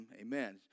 amen